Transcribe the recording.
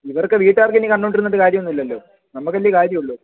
ഇവർക്ക് വീട്ടുകാർക്ക് ഇനി കണ്ടുകൊണ്ടിരുന്നിട്ട് കാര്യമൊന്നുമില്ലല്ലോ നമുക്കല്ലേ കാര്യമുള്ളൂ